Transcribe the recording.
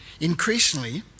Increasingly